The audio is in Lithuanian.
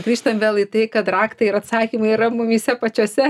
grįžtam vėl į tai kad raktai ir atsakymai yra mumyse pačiuose